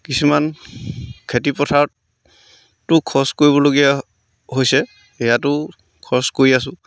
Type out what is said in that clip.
কিছুমান খেতিপথাৰতো খৰচ কৰিবলগীয়া হৈছে ইয়াতো খৰচ কৰি আছোঁ